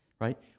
right